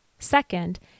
Second